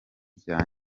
bya